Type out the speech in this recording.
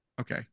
Okay